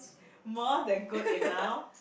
more than good enough